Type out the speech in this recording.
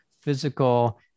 physical